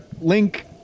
Link